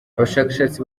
abashakashatsi